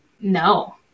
no